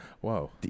Whoa